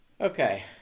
Okay